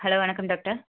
hello வணக்கம் doctor